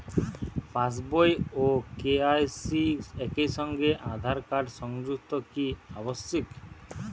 পাশ বই ও কে.ওয়াই.সি একই সঙ্গে আঁধার কার্ড সংযুক্ত কি আবশিক?